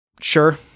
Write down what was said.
sure